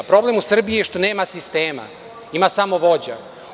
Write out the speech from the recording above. Problem u Srbiji je što nema sistema, ima samo vođa.